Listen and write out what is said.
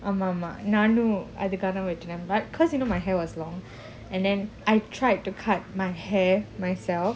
அம்மாஅம்மாநானும்அதுக்காகவெட்டுறேன்:aama aama nanum adhukaga vetren like cause you know my hair was long and then I tried to cut my hair myself